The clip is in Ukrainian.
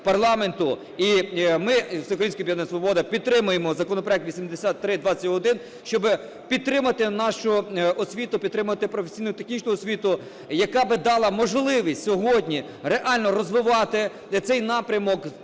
і ми, Всеукраїнське об'єднання "Свобода", підтримаємо законопроект 8321, щоби підтримати нашу освіту, підтримати професійно-технічну освіту, яка би дала можливість сьогодні реально розвивати цей напрямок,